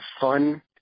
fun